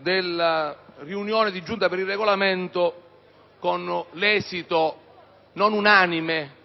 della riunione della Giunta per il Regolamento, con l'esito non unanime